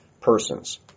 persons